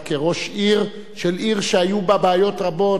כראש עיר של עיר שהיו בה בעיות רבות.